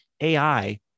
AI